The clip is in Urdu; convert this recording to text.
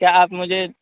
کیا آپ مجھے